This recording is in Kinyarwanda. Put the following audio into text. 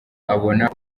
abona